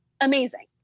amazing